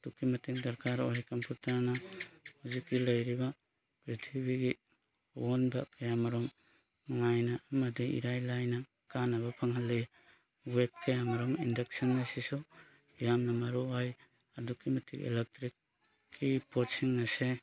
ꯑꯗꯨꯛꯀꯤ ꯃꯇꯤꯛ ꯗꯔꯀꯥꯔ ꯑꯣꯏ ꯀꯝꯄꯨꯇꯔꯅ ꯍꯧꯖꯤꯛꯀꯤ ꯂꯩꯔꯤꯕ ꯄ꯭ꯔꯤꯊꯤꯕꯤꯒꯤ ꯑꯋꯣꯟꯕ ꯀꯌꯥ ꯃꯔꯨꯝ ꯅꯨꯡꯉꯥꯏꯅ ꯑꯃꯗꯤ ꯏꯔꯥꯏ ꯂꯥꯏꯅ ꯀꯥꯟꯅꯕ ꯐꯪꯍꯜꯂꯤ ꯋꯦꯠ ꯀꯌꯥꯃꯔꯣꯝ ꯏꯟꯗꯛꯁꯟ ꯑꯁꯤꯁꯨ ꯌꯥꯝꯅ ꯃꯔꯨ ꯑꯣꯏ ꯑꯗꯨꯛꯀꯤ ꯃꯇꯤꯛ ꯏꯂꯦꯛꯇ꯭ꯔꯤꯛꯀꯤ ꯄꯣꯠꯁꯤꯡ ꯑꯁꯦ